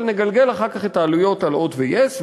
אבל נגלגל אחר כך את העלויות על "הוט" ו-yes.